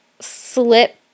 slip